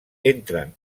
entren